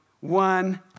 One